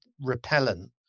repellent